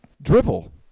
Drivel